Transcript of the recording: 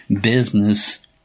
business